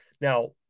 now